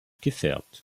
gefärbt